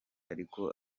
ariko